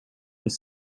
was